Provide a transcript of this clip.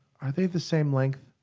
are they the same length?